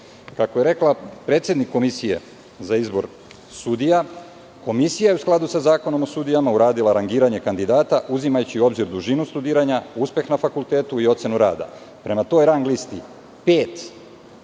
je rekla predsednik Komisije za izbor sudija, Komisija je u skladu sa Zakonom o sudijama uradila rangiranje kandidata, uzimajući u obzir dužinu studiranja, uspeh na fakultetu i ocenu rada. Prema toj rang listi, pet